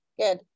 Good